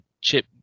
Chip